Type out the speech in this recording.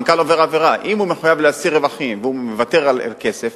המנכ"ל עובר עבירה אם המטרה היא להשיג רווחים והוא מוותר על כסף.